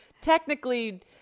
technically